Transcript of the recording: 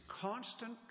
constant